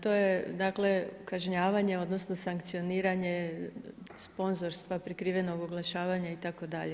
To je dakle kažnjavanje, odnosno sankcioniranje sponzorstva prikrivenog oglašavanja itd.